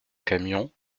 camion